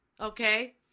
Okay